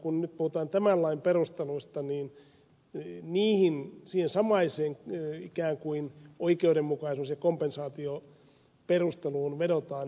kun nyt puhutaan tämän lain perusteluista niin siihen samaiseen ikään kuin oikeudenmukaisuus ja kompensaatioperusteluun vedotaan nytkin